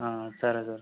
సరే సార్